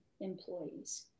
employees